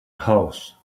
house